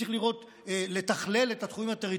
וצריך לתכלל את התחום הטריטוריאלי,